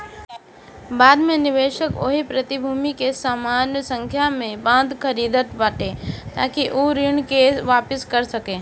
बाद में निवेशक ओही प्रतिभूति के समान संख्या में बांड खरीदत बाटे ताकि उ ऋण के वापिस कर सके